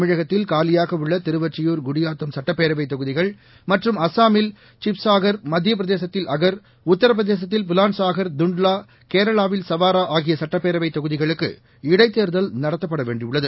தமிழகத்தில் காலியாக உள்ள திருவொற்றியூர் குடியாத்தம் சட்டப்பேரவை தொகுதிகள் மற்றும் அஸ்ஸாமில் சிப்சாஹர் மத்தியப் பிரதேசத்தில் அகர் உத்தரபிரதேசத்தில் புவான்சாஹ்ர் தண்ட்லா கேரளாவில் சவாரா ஆகிய சட்டப்பேரவை தொகுதிகளுக்கு இடைத்தேர்தல் நடத்தப்பட வேண்டியுள்ளது